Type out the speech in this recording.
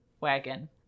wagon